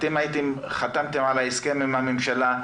אתם חתמתם על ההסכם עם הממשלה,